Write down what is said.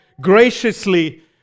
graciously